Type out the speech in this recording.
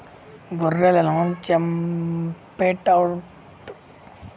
గొర్రెలను చంపేటప్పుడు చాలా బాధేస్తుంది కానీ తినేటప్పుడు బాగా రుచిగా ఉంటాయి